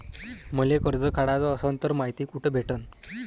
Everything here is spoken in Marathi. मले कर्ज काढाच असनं तर मायती कुठ भेटनं?